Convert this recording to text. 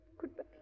Goodbye